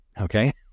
okay